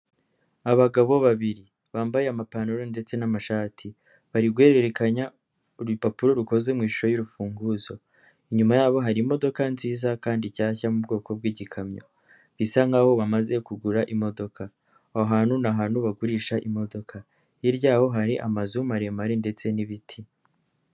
Abagabo babiri bambaye amapantaro ndetse n'amashati, bari guhererekanya urupapuro rukoze mushusho y'urufunguzo, inyuma yabo hari imodoka nziza kandi shyashya yo mu bwoko bw'igikamyo, bisa nkaho bamaze kugura imodoka, aho hantu ni ahantu bagurisha imodoka, hiryaho hari amazu maremare ndetse n'ibiti.